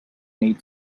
need